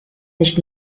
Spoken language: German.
nicht